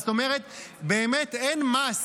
זאת אומרת באמת אין מס